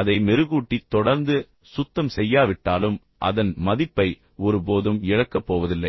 அதை மெருகூட்டி தொடர்ந்து சுத்தம் செய்யாவிட்டாலும் அதன் மதிப்பை ஒருபோதும் இழக்கப் போவதில்லை